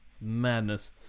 Madness